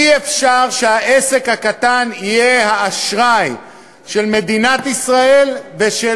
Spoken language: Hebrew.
אי-אפשר שהעסק הקטן יהיה האשראי של מדינת ישראל ושל